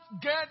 get